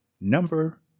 number